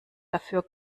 dafür